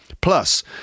Plus